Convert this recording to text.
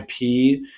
IP